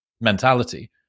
mentality